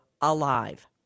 alive